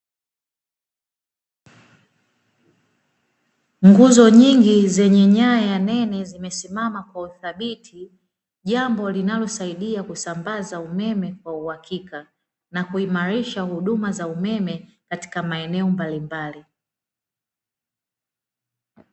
Nguzo nyingi zenye nyaya nene zimesimama kwa uthabiti. Jambo linalosaidia kusambaza umeme kwa uhakika na kuimarisha huduma za umeme katika maeneo mbalimbali.